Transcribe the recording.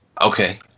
Okay